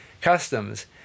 customs